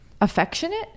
affectionate